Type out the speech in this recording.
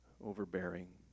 overbearing